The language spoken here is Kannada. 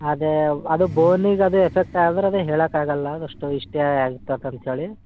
ಅದೆ ಅದು ಬೋನಿಗೆ ಅದು ಎಫೆಕ್ಟ್ ಆದ್ರೆ ಅದು ಹೇಳಾಕೆ ಆಗೊಲ್ಲ ಅದೆಷ್ಟು ಇಷ್ಟೇ ಆಗ್ತಂತ ಹೇಳಿ